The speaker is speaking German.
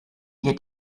wir